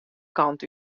kant